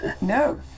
No